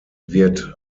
wird